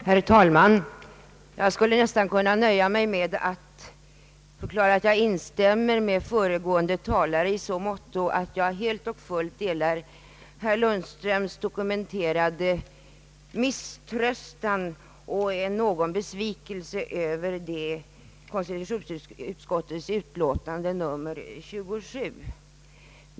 Herr talman! Jag skulle nästan kunna nöja mig med att förklara att jag instämmer med föregående talare i så måtto, att jag helt och hållet delar herr Lundströms dokumenterade misströstan och besvikelse över konstitutionsutskottets utlåtande nr 27.